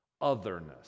Otherness